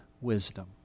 wisdom